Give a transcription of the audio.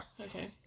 Okay